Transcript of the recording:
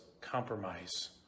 compromise